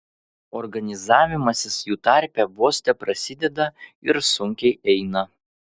organizavimasis jų tarpe vos teprasideda ir sunkiai eina